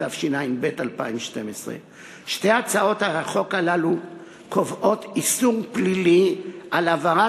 התשע"ב 2012. שתי הצעות החוק הללו קובעות איסור פלילי על העברת